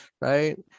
right